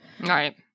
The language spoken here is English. Right